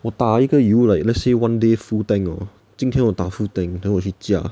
我打一个油 like let's say one day full tank hor 今天我打 full tank then 我去驾